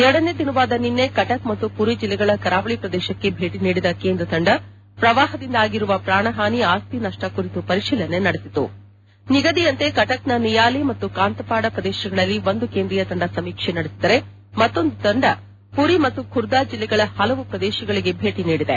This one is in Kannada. ಎರಡನೇ ದಿನವಾದ ನಿನ್ನೆ ಕಟಕ್ ಮತ್ತು ಮರಿ ಜಿಲ್ಲೆಗಳ ಕರಾವಳಿ ಪ್ರದೇಶಕ್ಕೆ ಭೇಟಿ ನೀಡಿದ ಕೇಂದ್ರ ತಂಡ ಪ್ರವಾಹದಿಂದಾಗಿರುವ ಪ್ರಾಣ ಹಾನಿ ಆಸ್ಲಿ ನಷ್ಷ ಕುರಿತು ಪರಿಶೀಲನೆ ನಡೆಸಿತು ನಿಗದಿಯಂತೆ ಕಟಕ್ನ ನಿಯಾಲಿ ಮತ್ತು ಕಾಂತಪಾಡ ಪ್ರದೇಶಗಳಲ್ಲಿ ಒಂದು ಕೇಂದ್ರೀಯ ತಂಡ ಸಮೀಕ್ಷೆ ನಡೆಸಿದರೆ ಮತ್ತೊಂದು ತಂಡ ಪುರಿ ಮತ್ತು ಖುರ್ದಾ ಜಿಲ್ಲೆಗಳ ಹಲವು ಪ್ರದೇಶಗಳಿಗೆ ಭೇಟಿ ನೀಡಿದೆ